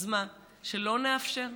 אז מה, שלא נאפשר?